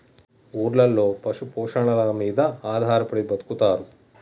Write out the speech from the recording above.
ఊర్లలో పశు పోషణల మీద ఆధారపడి బతుకుతారు